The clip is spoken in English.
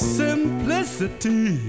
simplicity